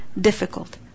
difficult